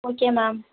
okay ma'am